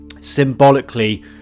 symbolically